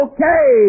Okay